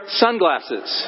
sunglasses